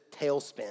tailspin